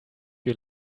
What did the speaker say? you